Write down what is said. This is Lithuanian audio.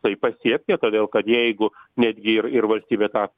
tai pasiekti o todėl kad jeigu netgi ir ir valstybė tą